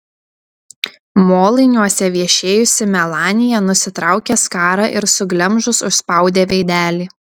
molainiuose viešėjusi melanija nusitraukė skarą ir suglemžus užspaudė veidelį